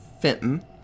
Fenton